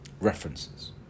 References